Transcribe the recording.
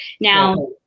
Now